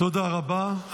תודה רבה.